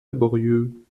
laborieux